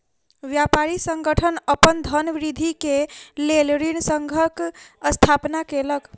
व्यापारी संगठन अपन धनवृद्धि के लेल ऋण संघक स्थापना केलक